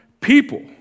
people